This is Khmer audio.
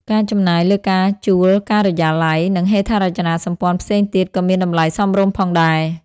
ការចំណាយលើការជួលការិយាល័យ និងហេដ្ឋារចនាសម្ព័ន្ធផ្សេងទៀតក៏មានតម្លៃសមរម្យផងដែរ។